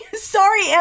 sorry